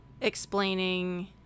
explaining